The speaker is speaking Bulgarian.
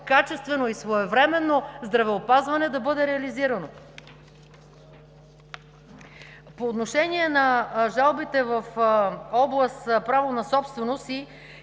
качествено и своевременно здравеопазване да бъде реализирано. По отношение на жалбите в област „Право на собственост и